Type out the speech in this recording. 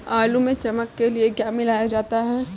आलू में चमक के लिए क्या मिलाया जाता है?